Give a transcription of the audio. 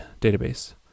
database